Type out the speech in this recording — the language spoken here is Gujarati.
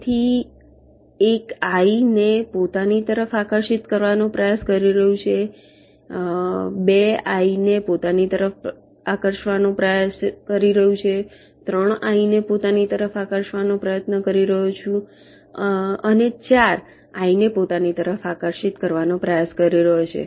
તેથી 1 આઈ ને પોતાની તરફ આકર્ષિત કરવાનો પ્રયાસ કરી રહ્યું છે 2 આઈ ને પોતાની તરફ આકર્ષિત કરવાનો પ્રયાસ કરી રહ્યું છે 3 આઈ ને પોતાની તરફ આકર્ષિત કરવાનો પ્રયત્ન કરી રહ્યો છું અને 4 આઈ ને પોતાની તરફ આકર્ષિત કરવાનો પ્રયાસ કરી રહ્યો છે